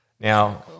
Now